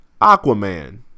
Aquaman